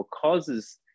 causes